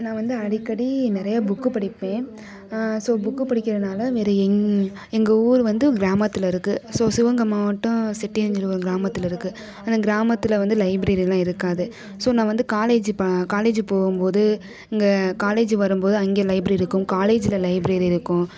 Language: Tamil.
நான் வந்து அடிக்கடி நிறையா புக்கு படிப்பேன் ஸோ புக்கு படிக்கிறதுனால வேறு எங் எங்கள் ஊர் வந்து கிராமத்தில் இருக்குது ஸோ சிவகங்கை மாவட்டம் செட்டியம் சொல்லி ஒரு கிராமத்தில் இருக்குது அந்த கிராமத்தில் வந்து லைப்ரரியெலாம் இருக்காது ஸோ நான் வந்து காலேஜ் இப்போ காலேஜ் போகும்போது இங்கே காலேஜ் வரும் போது அங்கே லைப்ரேரி இருக்கும் காலேஜில் லைப்ரேரி இருக்கும்